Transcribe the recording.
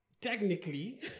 technically